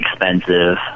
expensive